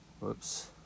Whoops